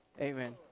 amen